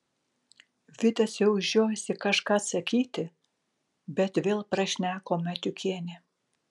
vidas jau žiojosi kažką sakyti bet vėl prašneko matiukienė